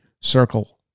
circle